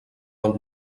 del